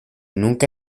nunca